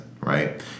right